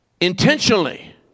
intentionally